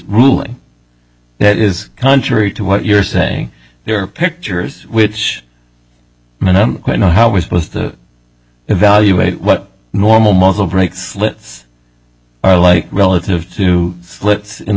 ruling that is contrary to what you're saying there are pictures which are not how we're supposed to evaluate what normal muzzle breaks let's are like relative to slit in